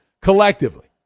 collectively